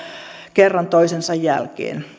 kerta toisensa jälkeen